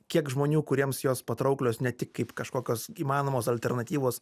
kiek žmonių kuriems jos patrauklios ne tik kaip kažkokios įmanomos alternatyvos